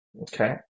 Okay